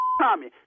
Tommy